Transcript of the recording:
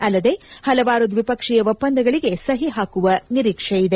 ಅಲ್ಲದೆ ಹಲವಾರು ದ್ವಿಪಕ್ಷೀಯ ಒಪ್ಪಂದಗಳಿಗೆ ಸಹಿ ಹಾಕುವ ನಿರೀಕ್ಷೆಯಿದೆ